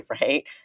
right